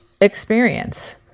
experience